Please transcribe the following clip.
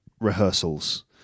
rehearsals